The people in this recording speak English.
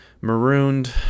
marooned